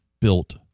built